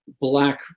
black